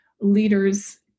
leaders